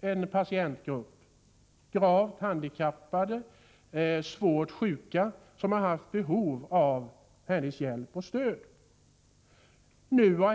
en patientgrupp bestående av gravt handikappade och svårt sjuka som haft behov av hennes hjälp och stöd.